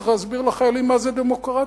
צריך להסביר לחיילים מה זה דמוקרטיה.